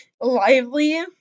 lively